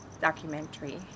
documentary